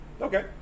Okay